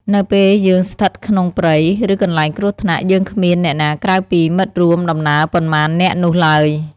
នៅពេលយើងស្ថិតក្នុងព្រៃ ឬកន្លែងគ្រោះថ្នាក់ យើងគ្មានអ្នកណាក្រៅពីមិត្តរួមដំណើរប៉ុន្មាននាក់នោះឡើយ។